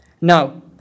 Now